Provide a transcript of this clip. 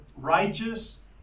righteous